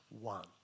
one